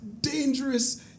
dangerous